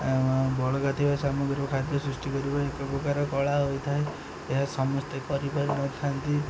ବଳକା ଥିବା ସାମଗ୍ରୀର ଖାଦ୍ୟ ସୃଷ୍ଟି କରିବା ଏକ ପ୍ରକାର କଳା ହୋଇଥାଏ ଏହା ସମସ୍ତେ କରିପାରିନଥାନ୍ତି